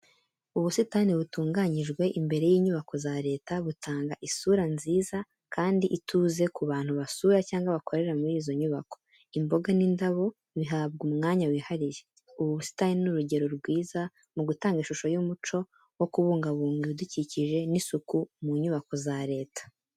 Ubusitani butunganyije imbere y’inyubako za Leta butanga isura nziza kandi ituze ku bantu basura cyangwa bakorera muri izo nyubako. Imboga n'indabo bihabwa umwanya wihariye, Ubu busitani ni urugero rwiza mu gutanga ishusho y’umuco wo kubungabunga ibidukikije n’isuku mu nyubako za Leta.